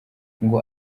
ngo